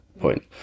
point